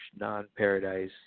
non-paradise